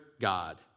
God